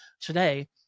today